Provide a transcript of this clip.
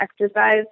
exercise